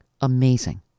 amazing